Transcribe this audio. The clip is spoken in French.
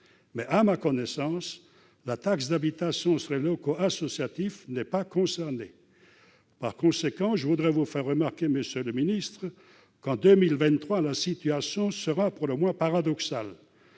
aisés. À ma connaissance, la taxe d'habitation sur les locaux associatifs n'est pas concernée. Par conséquent, je voudrais faire remarquer qu'en 2023 la situation sera pour le moins paradoxale